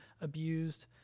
abused